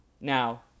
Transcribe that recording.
Now